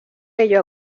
ello